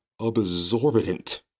absorbent